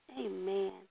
Amen